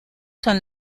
son